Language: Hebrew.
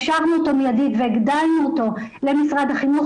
הפשרנו אותו מיידית והגדלנו אותו למשרד החינוך,